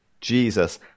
Jesus